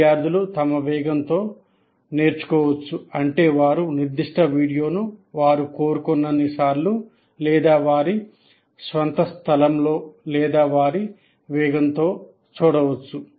విద్యార్థులు తమ వేగంతో నేర్చుకోవచ్చు అంటే వారు ఒక నిర్దిష్ట వీడియోను వారు కోరుకున్నన్ని సార్లు లేదా వారి స్వంత స్థలంలో లేదా వారి వేగంతో చూడవచ్చు